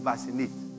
Vaccinate